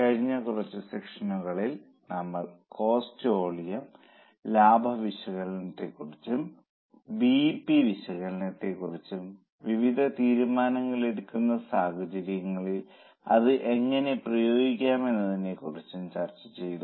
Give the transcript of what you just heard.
കഴിഞ്ഞ കുറച്ച് സെഷനുകളിൽ നമ്മൾ കോസ്റ്റ് വോളിയം ലാഭവിശകലനത്തെ കുറിച്ചും ബിഇപി വിശകലനത്തെ കുറിച്ചും വിവിധ തീരുമാനങ്ങൾ എടുക്കുന്ന സാഹചര്യത്തിൽ അത് എങ്ങനെ പ്രയോഗിക്കാമെന്നതിനെ കുറിച്ചും ചർച്ച ചെയ്തു